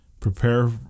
Prepare